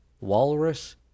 walrus